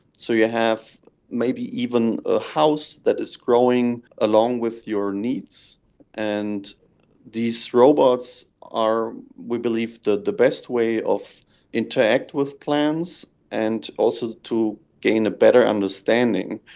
so you have maybe even a house that is growing along with your needs and these robots are we believe the the best way to interact with plants and also to gain a better understanding,